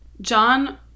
John